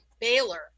Baylor